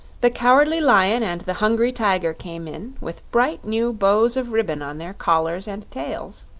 the cowardly lion and the hungry tiger came in, with bright new bows of ribbon on their collars and tails.